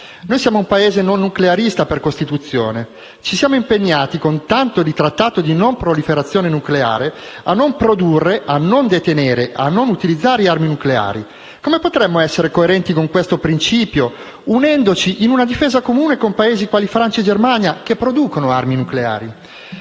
Noi siamo un Paese non nuclearista per costituzione, ci siamo impegnati con tanto di trattato di non proliferazione nucleare a non produrre, non detenere e non utilizzare armi nucleari. Come potremmo essere coerenti con questo principio, unendoci in una difesa comune con Paesi quali Francia e Germania, che producono armi nucleari?